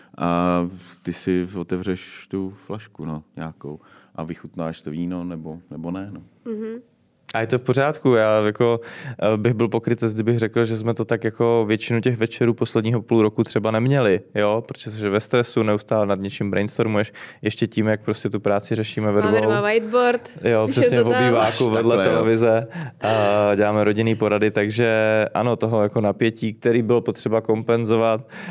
A ty si otevřeš tu flašku, no, nějakou a vychutnáš to víno, nebo- nebo ne, no. Mhm. A je to v pořádku. Já jako, eh, bych byl pokrytec, kdybych řekl, že jsme to tak jako většinu těch večerů posledního půl roku třeba neměli, jo? Protože že ve stresu neustále nad něčím brainstormuješ, ještě tím, jak prostě tu práci řešíme ve dvou. Máme doma whiteboard, Jo, když je přesně to v tam. obýváku Až vedle takhle, jo. televize. A děláme rodinný porady, takže ano, toho jako napětí, který bylo potřeba kompenzovat